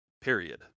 Period